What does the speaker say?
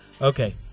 okay